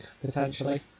potentially